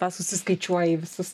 pats suskaičiuoji visus